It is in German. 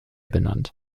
benannt